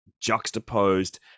juxtaposed